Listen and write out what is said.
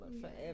forever